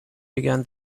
began